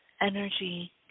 energy